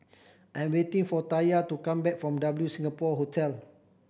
I'm waiting for Taya to come back from W Singapore Hotel